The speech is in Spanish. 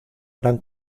gran